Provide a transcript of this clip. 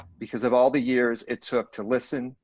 because of all the years it took to listen,